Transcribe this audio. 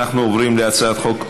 זה לא בוועדת העבודה והרווחה?